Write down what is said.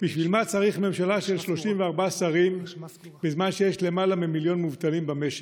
בשביל מה צריך ממשלה של 34 שרים בזמן שיש למעלה ממיליון מובטלים במשק?